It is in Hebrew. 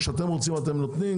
כשאתם רוצים אתם נותנים.